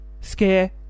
scare